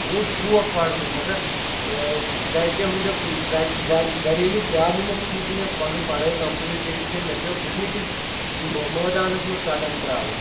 مےٚ اوس شوق پَرنُک مگر گَرِکٮ۪و ہٕنٛدیو گَرِ گَرِ گَریلیوٗ پرٛابلِمو سۭتۍ ہیوٚک نہٕ مےٚ پَنٕنۍ پَڑٲے کَمپٕلیٖٹ کٔرِتھ کینٛہہ مےٚ پیوٚو بِزنِکِس مہٕ مٲدانَس منٛز قدم ترٛاوُن